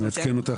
אני מעדכן אותך,